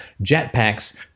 jetpacks